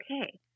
okay